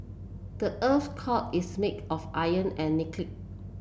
the earth core is made of iron and nickel